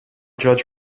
judge